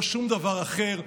לא שום דבר אחר,